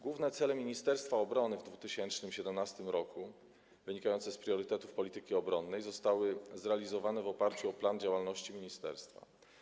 Główne cele ministerstwa obrony w 2017 r., wynikające z priorytetów polityki obronnej, zostały zrealizowane w oparciu o plan działalności ministerstwa.